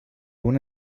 una